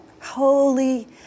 holy